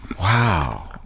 Wow